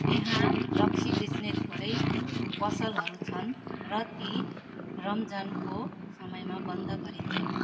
त्यहाँ रक्सी बेच्ने थोरै पसलहरू छन् र ती रमजानको समयमा बन्द गरिन्छन्